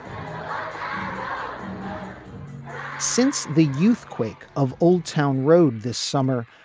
um since the youthquake of old town road this summer,